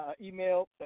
email